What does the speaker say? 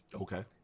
Okay